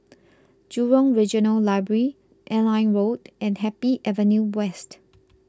Jurong Regional Library Airline Road and Happy Avenue West